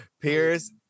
Piers